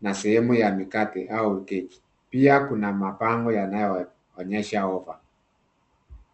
na sehemu ya mboga au keki. Pia kuna mabango yanayoonyesha over